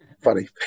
funny